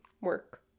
work